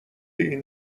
این